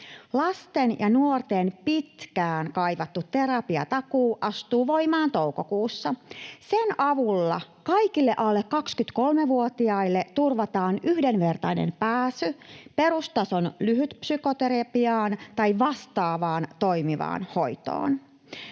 Lasten ja nuorten pitkään kaivattu terapiatakuu astuu voimaan toukokuussa. Sen avulla kaikille alle 23-vuotiaille turvataan yhdenvertainen pääsy perustason lyhytpsykoterapiaan tai vastaavaan toimivaan hoitoon.